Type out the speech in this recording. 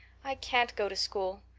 i can't go to school.